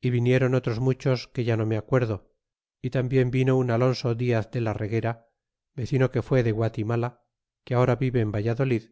y vinieron otros muchos que ya no me acuerdo y tambien vino un alonso diaz de ja reguera vecino que fue de guatimala que ahora vive en valladolid